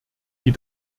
die